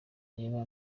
reba